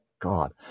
God